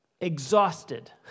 exhausted